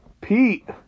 Pete